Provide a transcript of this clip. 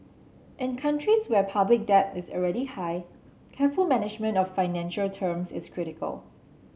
in countries where public debt is already high careful management of financing terms is critical